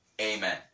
Amen